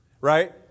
Right